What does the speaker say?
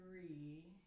three